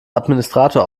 administrator